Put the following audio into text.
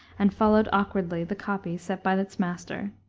and followed awkwardly the copy set by its master.